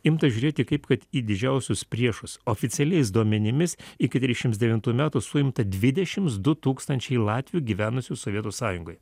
imta žiūrėti kaip kad į didžiausius priešus oficialiais duomenimis iki trisdešims devintų suimta dvidešims du tūkstančiai latvių gyvenusių sovietų sąjungoj